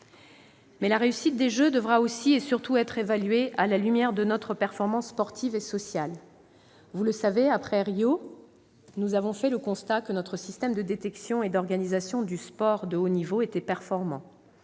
2018. La réussite des Jeux devra aussi et surtout être évaluée à la lumière de notre performance sportive et sociale. Vous le savez, après Rio, nous avons fait le constat que notre système de détection et d'organisation du sport de haut niveau était performant.